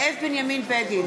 בעד זאב בנימין בגין,